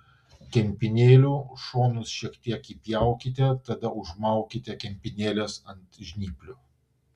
kempinėlių šonus šiek tiek įpjaukite tada užmaukite kempinėles ant žnyplių